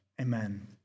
amen